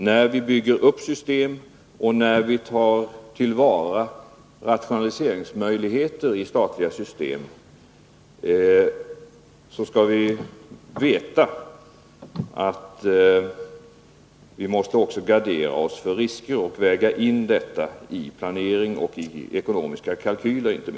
När vi bygger upp system och när vi tar till vara rationaliseringsmöjligheter i statliga system, skall vi veta att vi också måste gardera oss för risker och väga in detta i planeringen och inte minst i de ekonomiska kalkylerna.